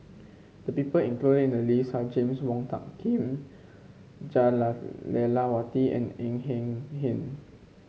the people included in the list are James Wong Tuck Kim Jah Lelawati and Ng Eng Hen